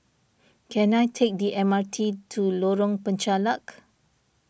can I take the M R T to Lorong Penchalak